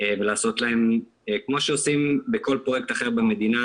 ולעשות להן כמו שעושים בכל פרויקט אחר במדינה,